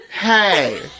hey